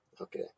Okay